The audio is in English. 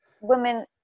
women